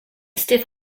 stiff